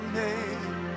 name